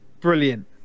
brilliant